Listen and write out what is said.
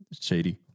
shady